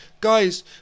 guys